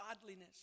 godliness